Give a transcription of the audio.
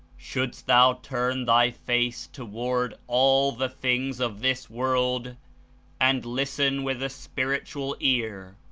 shouldst thou turn thy face toward all the things of this world and listen with a spiritual ear,